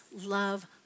love